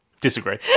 Disagree